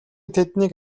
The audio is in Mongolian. тэднийг